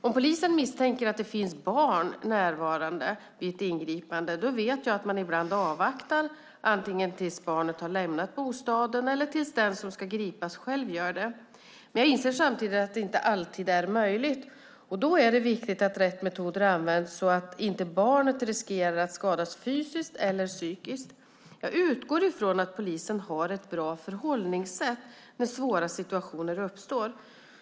Om polisen misstänker att det finns barn närvarande vid ett ingripande vet jag att man ibland avvaktar, antingen tills barnet har lämnat bostaden eller tills den som ska gripas själv gör det. Men jag inser samtidigt att det inte alltid är möjligt. Då är det viktigt att rätt metoder används så att inte barnet riskerar att skadas fysiskt eller psykiskt. Jag utgår ifrån att polisen har ett bra förhållningssätt när svåra situationer uppstår.